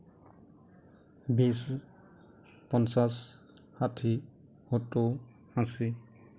বিশ পঞ্চাছ ষাঠি সত্তৰ আশী